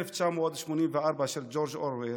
1984 של ג'ורג' אורוול,